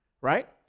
right